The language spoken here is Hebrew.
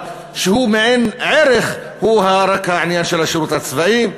שהוא מעין ערך, הוא רק העניין של השירות הצבאי.